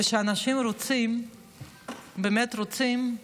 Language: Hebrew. כשאנשים באמת רוצים,